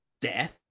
death